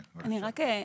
כן, בבקשה.